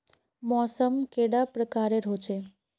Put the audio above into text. मौसम कैडा प्रकारेर होचे?